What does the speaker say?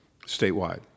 statewide